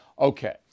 Okay